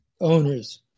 owners